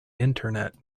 internet